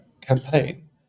campaign